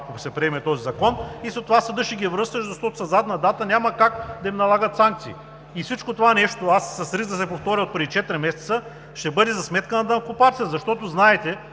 ако се приеме този закон. И след това съдът ще ги връща, защото със задна дата няма как да им налагат санкции. И всичкото това нещо, с риск да се повторя от преди четири месеца, ще бъде за сметка на данъкоплатеца! Защото знаете,